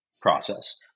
process